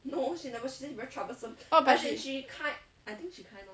orh but she